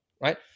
right